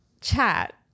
chat